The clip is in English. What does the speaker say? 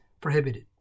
prohibited